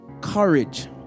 courage